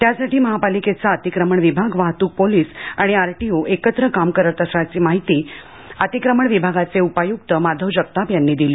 त्यासाठी महापालिकेचा अतिक्रमण विभाग वाहतूक पोलीस आणि आरटीओ एकत्रित काम करणार असल्याची माहिती अतिक्रमण विभागाचे उपायुक्त माधव जगताप यांनी दिली